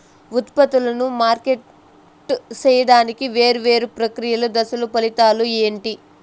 ఉత్పత్తులను మార్కెట్ సేయడానికి వేరువేరు ప్రక్రియలు దశలు ఫలితాలు ఏంటి?